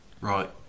Right